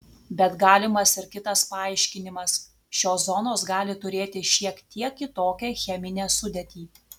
bet galimas ir kitas paaiškinimas šios zonos gali turėti šiek tiek kitokią cheminę sudėtį